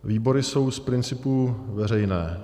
Výbory jsou z principu veřejné.